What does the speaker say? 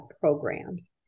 programs